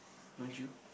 don't you